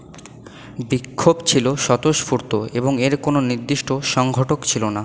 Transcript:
বিক্ষোভ ছিলো স্বতঃস্ফূর্ত এবং এর কোনো নির্দিষ্ট সংঘটক ছিলো না